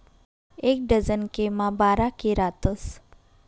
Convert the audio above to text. एक डझन के मा बारा के रातस